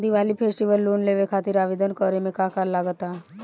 Diwali festival loan लेवे खातिर आवेदन करे म का का लगा तऽ?